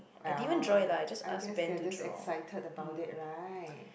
well I guess they are just excited about it right